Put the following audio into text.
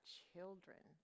children